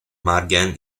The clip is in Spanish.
margen